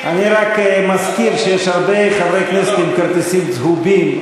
אני רק מזכיר שיש הרבה חברי כנסת עם כרטיסים צהובים.